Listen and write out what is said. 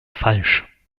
falsch